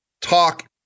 talk